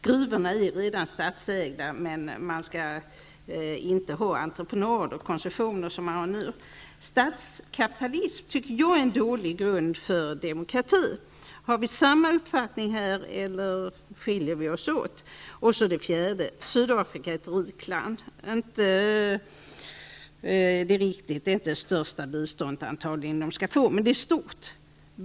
Gruvorna är redan statsägda, men man skall avskaffa de entreprenader och koncessioner som nu finns. Jag tycker att statskapitalism är en dålig grund för demokrati. Har vi samma uppfattning i detta avseende, eller skiljer vi oss åt? För det fjärde: Sydafrika är ett rikt land. Det är inte det största biståndslandet, men det är stort.